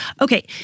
Okay